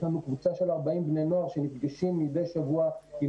יש לנו קבוצה של 40 בני נוער שנפגשים מדי שבוע עם